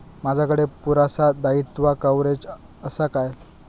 माजाकडे पुरासा दाईत्वा कव्हारेज असा काय?